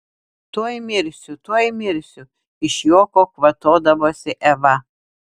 tuoj mirsiu tuoj mirsiu iš juoko kvatodavosi eva